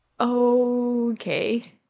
Okay